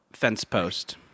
Fencepost